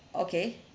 okay